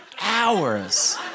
hours